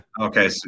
Okay